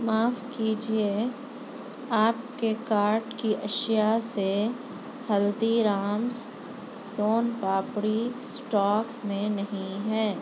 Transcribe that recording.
معاف کیجیے آپ کے کارٹ کی اشیا سے ہلدی رامس سون پاپڑی اسٹاک میں نہیں ہے